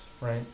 right